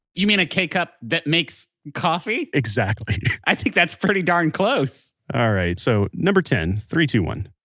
you mean a k-cup that makes coffee? exactly i think that's pretty darn close all right. so, number ten. three, two, one